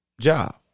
job